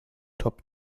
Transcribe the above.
top